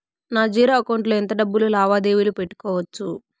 నా zero account లో ఎంత డబ్బులు లావాదేవీలు పెట్టుకోవచ్చు?